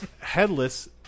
Headless